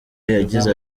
yagize